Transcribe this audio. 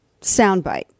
soundbite